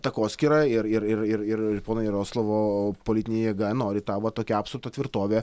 takoskyra ir ir ir ir pono jaroslavo politinė jėga nori tą va tokią apsuptą tvirtovę